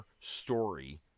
story